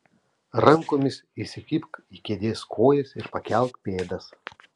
rankomis įsikibk į kėdės kojas ir pakelk pėdas